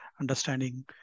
understanding